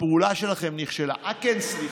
הפעולה שלכם נכשלה, אה, כן, סליחה,